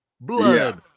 blood